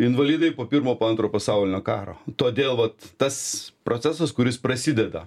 invalidai po pirmo po antro pasaulinio karo todėl vat tas procesas kuris prasideda